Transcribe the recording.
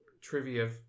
trivia